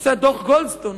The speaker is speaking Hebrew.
בנושא דוח גולדסטון,